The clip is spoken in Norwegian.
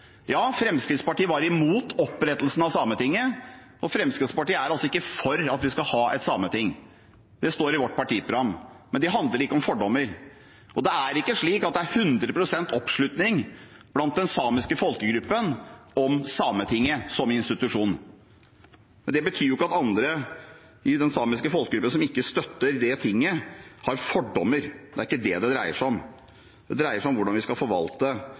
Ja, Fremskrittspartiet var imot opprettelsen av Sametinget, og Fremskrittspartiet er ikke for at vi skal ha et sameting. Det står i vårt partiprogram, men det handler ikke om fordommer. Og det er ikke slik at det er 100 pst. oppslutning blant den samiske folkegruppen om Sametinget som institusjon, men det betyr jo ikke at de i den samiske folkegruppen som ikke støtter det tinget, har fordommer. Det er ikke det det dreier seg om, det dreier seg om hvordan vi skal forvalte